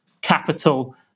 capital